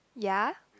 ya